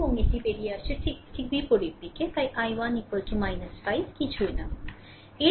এবং এটি বেরিয়ে আসছে ঠিক ঠিক বিপরীত দিক তাই i1 5 কিছুই নয়